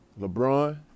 LeBron